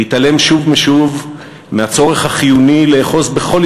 ויתעלם שוב ושוב מהצורך החיוני לאחוז בכל